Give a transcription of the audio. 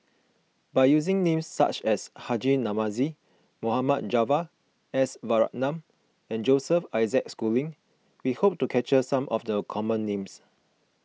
by using names such as Haji Namazie Mohd Javad S Varathan and Joseph Isaac Schooling we hope to capture some of the common names